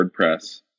WordPress